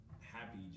happy